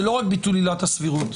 זה לא רק ביטול עילת הסבירות.